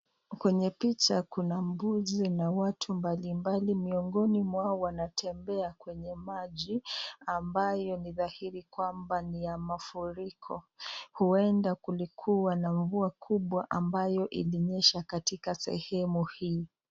Kwenye picha kuna mbuzi na watu mbali mbali miogoni wao wanatembea kwenye maji ambayo ni dhahiri kwamba ni ya mafuriko uenda kulikuwa na mvua kumbwa ambayo ilinyesha katika sehemu hii.